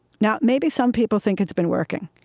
now maybe some people think it's been working,